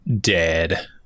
dead